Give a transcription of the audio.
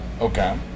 Okay